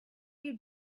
you